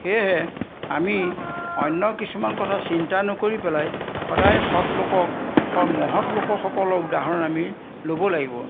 সেয়েহে আমি অন্য কিছুমান কথা চিন্তা নকৰি পেলাই সদায় সৎ লোকক সৎ মহৎ লোকসকলৰ উদাহৰণ আমি ল'ব লাগিব